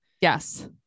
Yes